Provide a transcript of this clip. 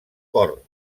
cor